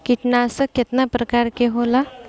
कीटनाशक केतना प्रकार के होला?